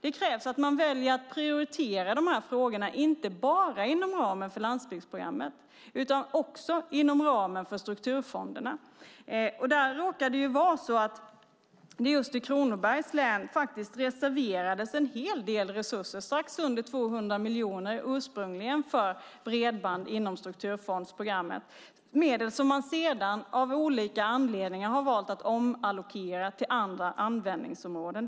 Det krävs att man väljer att prioritera dessa frågor inte bara inom ramen för landsbygdsprogrammet utan också inom ramen för strukturfonderna. Det råkar vara så att det just i Kronobergs län faktiskt reserverades en hel del resurser - strax under 200 miljoner ursprungligen - för bredband inom strukturfondsprogrammet, medel som man sedan av olika anledningar har valt att omallokera till andra användningsområden.